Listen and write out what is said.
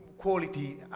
quality